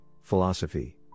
Philosophy